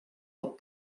pot